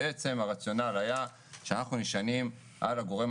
הרציונל היה שאנחנו נשענים על הגורם